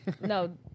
No